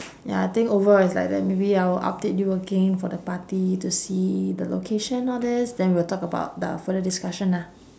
ya I think overall it's like that maybe I will update you again for the party to see the location all these then we'll talk about the further discussion ah